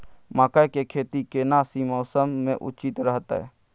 मकई के खेती केना सी मौसम मे उचित रहतय?